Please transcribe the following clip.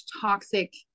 toxic